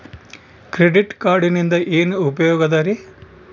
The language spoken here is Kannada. ಕ್ರೆಡಿಟ್ ಕಾರ್ಡಿನಿಂದ ಏನು ಉಪಯೋಗದರಿ?